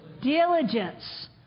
Diligence